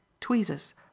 tweezers